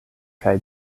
kaj